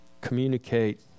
communicate